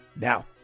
Now